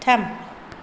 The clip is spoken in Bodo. थाम